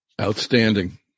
Outstanding